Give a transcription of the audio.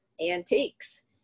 antiques